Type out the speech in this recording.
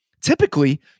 typically